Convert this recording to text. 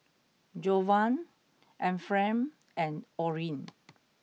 Jovan Ephraim and Orin